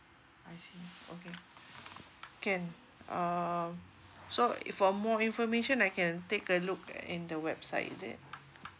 I see okay can uh so for more information I can take a look in the website is it